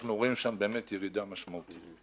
אנחנו רואים שם באמת ירידה משמעותית.